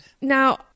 Now